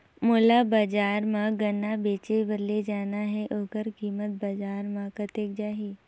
मोला बजार मां गन्ना बेचे बार ले जाना हे ओकर कीमत बजार मां कतेक जाही?